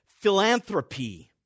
philanthropy